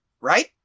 Right